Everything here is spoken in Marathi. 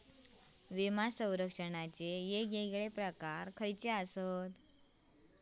विमा सौरक्षणाचे येगयेगळे प्रकार कसले आसत?